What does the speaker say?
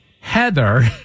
Heather